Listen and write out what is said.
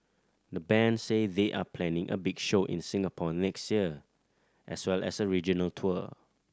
the band say they are planning a big show in Singapore next year as well as a regional tour